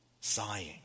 sighing